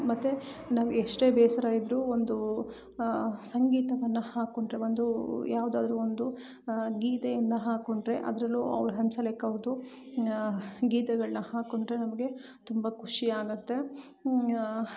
ಮತ್ತು ನಾವು ಎಷ್ಟೇ ಬೇಸರ ಇದ್ದರೂ ಒಂದು ಸಂಗೀತವನ್ನು ಹಾಕ್ಕೊಂಡ್ರೆ ಒಂದು ಯಾವುದಾದ್ರು ಒಂದು ಗೀತೆಯನ್ನು ಹಾಕ್ಕೊಂಡ್ರೆ ಅದರಲ್ಲೂ ಅವ್ರ ಹಂಸಲೇಖ ಅವ್ರದ್ದು ಗೀತೆಗಳನ್ನ ಹಾಕ್ಕೊಂಡ್ರೆ ನಮಗೆ ತುಂಬ ಖುಷಿ ಆಗುತ್ತೆ